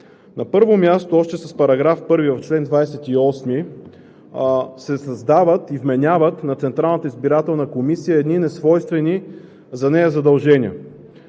На първо място, още с § 1 в чл. 28 се създават и вменяват на Централната избирателна комисия несвойствени за нея задължения.